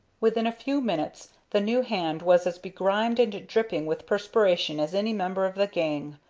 within a few minutes the new hand was as begrimed and dripping with perspiration as any member of the gang,